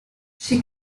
she